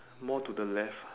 more to the left